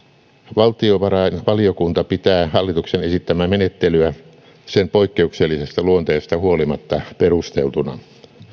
valtiovarainvaliokunta pitää hallituksen esittämää menettelyä sen poikkeuksellisesta luonteesta huolimatta perusteltuna